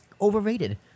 overrated